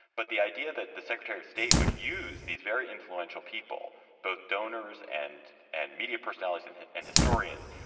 but the idea that the secretary of state would use these very influential people, both donors and and media personalities and and historians,